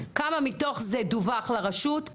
כמה מתוך זה דווח לרשות,